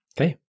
Okay